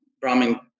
Brahmin